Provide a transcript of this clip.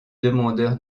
demandeurs